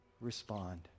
respond